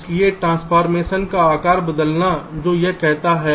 इसलिए ट्रांसफॉरमेशन का आकार बदलना जो यह कहता है